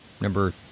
number